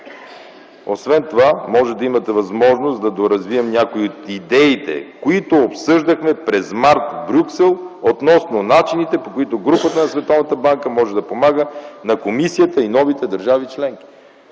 „Освен това може да имате възможност да доразвием някои от идеите, които обсъждахме през м. март в Брюксел, относно начините, по които групата на Световната банка може да помага на Комисията и новите държави членки”.